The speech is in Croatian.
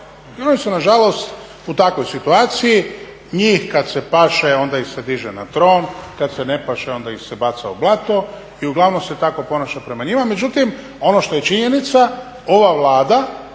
i onda se nažalost u takvoj situaciji, njih kad se paše onda ih se diže na tron, kad se ne paše, onda ih se baca u blato i uglavnom se tako ponaša prema njima, međutim, ono što je činjenica, ova Vlada